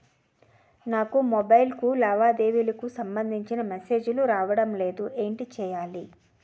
నాకు మొబైల్ కు లావాదేవీలకు సంబందించిన మేసేజిలు రావడం లేదు ఏంటి చేయాలి?